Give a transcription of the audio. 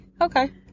Okay